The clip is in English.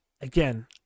again